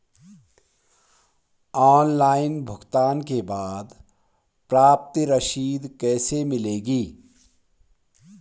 Online bill भुगतान के बाद प्रति रसीद कैसे मिलेगी?